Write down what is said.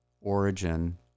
origin